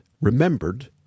remembered